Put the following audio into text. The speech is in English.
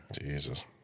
Jesus